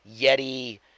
Yeti